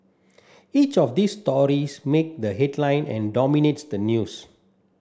each of these stories make the headline and dominates the news